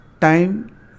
Time